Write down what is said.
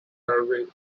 service